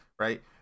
Right